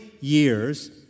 years